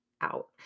out